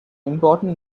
important